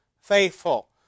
faithful